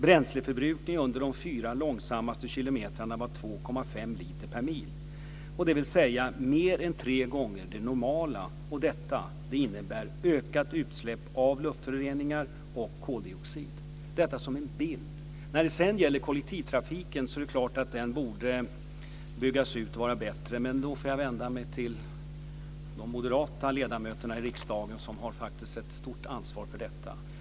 Bränsleförbrukningen under de fyra långsammaste kilometerna var 2,5 liter per mil, dvs. mer än tre gånger den normala. Det innebär ökat utsläpp av luftföroreningar och koldioxid. Detta är sagt för att ge en bild. Kollektivtrafiken borde byggas ut och vara bättre. Då får jag vända mig till de moderata ledamöterna i riksdagen som har ett stort ansvar för detta.